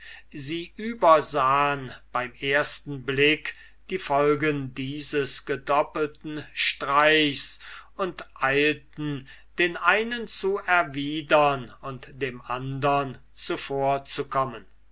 sie übersahen beim ersten blick die folgen dieses gedoppelten streichs und eilten den einen zu erwidern und dem andern zuvorzukommen